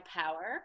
power